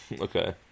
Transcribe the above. okay